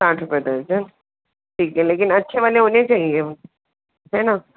साठ रुपये दर्जन ठीक है लेकिन अच्छे वाले होने चाहिए है ना